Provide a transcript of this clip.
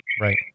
Right